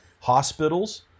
hospitals